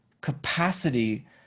capacity